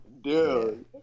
Dude